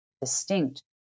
distinct